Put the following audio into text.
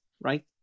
right